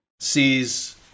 sees